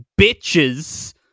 bitches